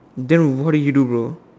then what did he do bro